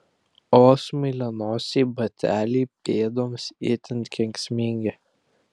o smailianosiai bateliai pėdoms itin kenksmingi